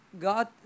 God